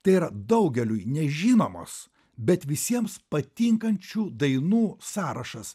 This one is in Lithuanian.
tai yra daugeliui nežinomos bet visiems patinkančių dainų sąrašas